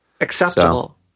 Acceptable